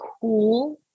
cool